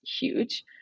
huge